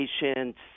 patients